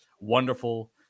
wonderful